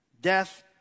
Death